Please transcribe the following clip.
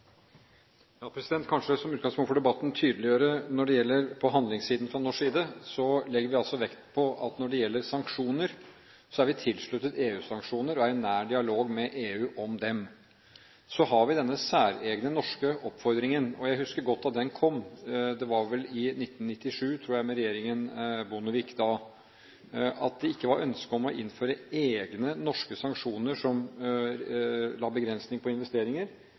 Som et utgangspunkt for debatten vil jeg tydeliggjøre at på handlingssiden legger vi fra norsk side vekt på at når det gjelder sanksjoner, er vi tilsluttet EU-sanksjoner og er i nær dialog med EU om dem. Så har vi denne særegne norske oppfordringen fra regjeringen Bondevik – jeg husker godt da den kom, det var vel i 1997 – om at det ikke var ønske om å innføre egne norske sanksjoner som la begrensninger på